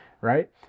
Right